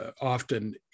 often